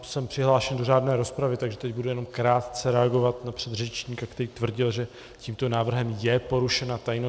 Jsem přihlášen do řádné rozpravy, takže teď budu jenom krátce reagovat na předřečníka, který tvrdil, že tímto návrhem je porušena tajnost volby.